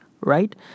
right